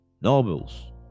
novels